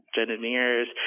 engineers